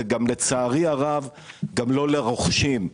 וגם לצערי הרב לא לרוכשים.